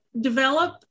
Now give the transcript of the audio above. develop